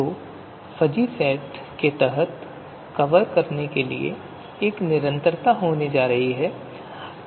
तो fuzzy set के तहत कवर करने के लिए एक निरंतरता होने जा रही है